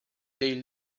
they